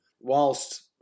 whilst